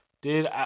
Dude